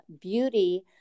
beauty